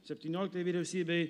septynioliktajai vyriausybei